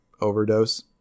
overdose